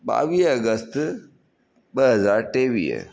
ॿावीह अगस्त ॿ हज़ार टेवीह